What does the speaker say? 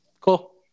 cool